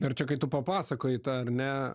ar čia kai tu papasakojai tą ar ne